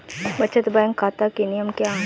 बचत बैंक खाता के नियम क्या हैं?